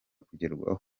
kugerwaho